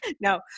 No